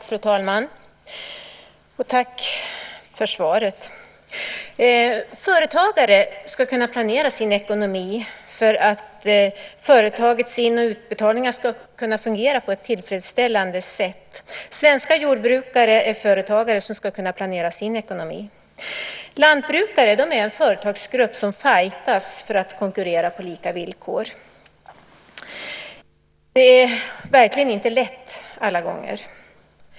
Fru talman! Tack för svaret. Företagare ska kunna planera sin ekonomi för att företagets in och utbetalningar ska kunna fungera på ett tillfredsställande sätt. Svenska jordbrukare är företagare som ska kunna planera sin ekonomi. Lantbrukare är en företagargrupp som fightas för att konkurrera på lika villkor. Det är verkligen inte lätt alla gånger.